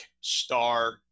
star